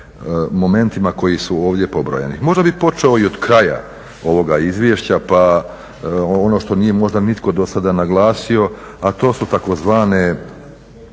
momentima koje su ovdje pobrojani. Možda bih počeo od kraja ovoga izvješća pa ono što možda nitko nije do sada naglasio, a to tzv.